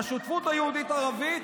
בשותפות היהודית-ערבית.